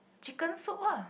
chicken soup ah